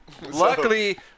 Luckily